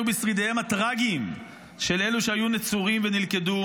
בשרידיהם הטרגיים של אלה שהיו נצורים ונלכדו,